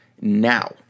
now